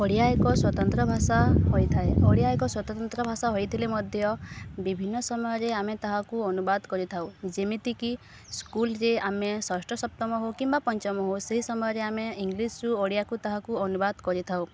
ଓଡ଼ିଆ ଏକ ସ୍ୱତନ୍ତ୍ର ଭାଷା ହୋଇଥାଏ ଓଡ଼ିଆ ଏକ ସ୍ୱତନ୍ତ୍ର ଭାଷା ହୋଇଥିଲେ ମଧ୍ୟ ବିଭିନ୍ନ ସମୟରେ ଆମେ ତାହାକୁ ଅନୁବାଦ କରିଥାଉ ଯେମିତିକି ସ୍କୁଲରେ ଆମେ ଷଷ୍ଠ ସପ୍ତମ ହଉ କିମ୍ବା ପଞ୍ଚମ ହଉ ସେହି ସମୟରେ ଆମେ ଇଂଲିଶରୁ ଓଡ଼ିଆକୁ ତାହାକୁ ଅନୁବାଦ କରିଥାଉ